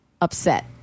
upset